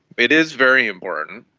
it is very important.